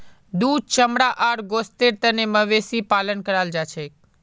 दूध चमड़ा आर गोस्तेर तने मवेशी पालन कराल जाछेक